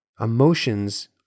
Emotions